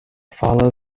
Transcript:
follow